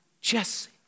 Jesse